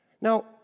Now